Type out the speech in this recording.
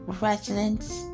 residents